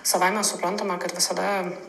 savaime suprantama kad visada